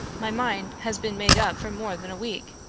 my mind has been made up for more than a week.